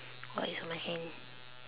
orh it's on my hand